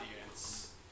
audience